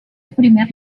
primer